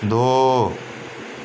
ਦੋ